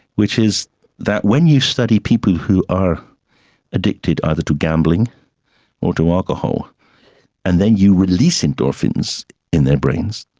which is that when you study people who are addicted either to gambling or to alcohol and then you release endorphins in their brains,